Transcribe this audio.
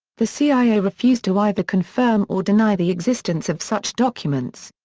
the cia refused to either confirm or deny the existence of such documents.